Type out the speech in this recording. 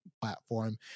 platform